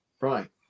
right